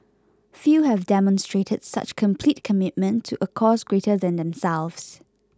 few have demonstrated such complete commitment to a cause greater than themselves